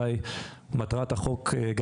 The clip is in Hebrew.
כידוע אני הגשתי את הצעת החוק הזה כהצעת חוק פרטית,